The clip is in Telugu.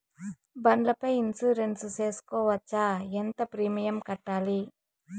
బండ్ల పై ఇన్సూరెన్సు సేసుకోవచ్చా? ఎంత ప్రీమియం కట్టాలి?